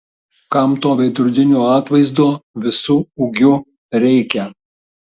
kam to veidrodinio atvaizdo visu ūgiu reikia